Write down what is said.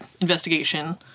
investigation